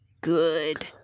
Good